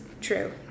true